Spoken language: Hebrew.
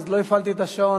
אז לא הפעלתי את השעון,